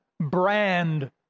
brand